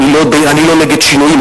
אני לא נגד שינויים.